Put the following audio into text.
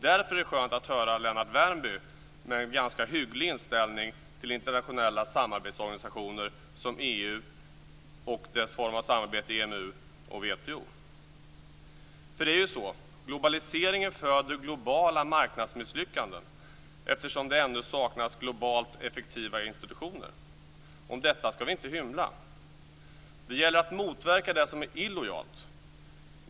Därför är det skönt att höra Lennart Värmby med en ganska hygglig inställning till internationella samarbetsorganisationer som EU och samarbetet inom EMU och WTO. Det är ju så att globaliseringen föder globala marknadsmisslyckanden, eftersom det ännu saknas globalt effektiva organisationer. Om detta ska vi inte hymla. Det gäller att motverka det som är illojalt.